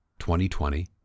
2020